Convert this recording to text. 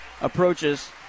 approaches